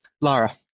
Lara